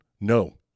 No